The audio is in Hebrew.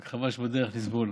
רק חבל שבדרך נסבול.